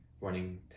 running